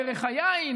דרך היין,